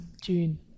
June